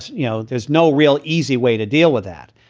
you know, there's no real easy way to deal with that.